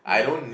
ya